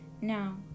Now